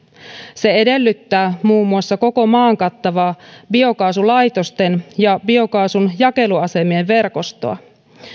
se edellyttää muun muassa koko maan kattavaa biokaasulaitosten ja biokaasun jakeluasemien verkostoa